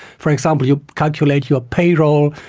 for example, you calculate your payroll,